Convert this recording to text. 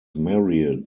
married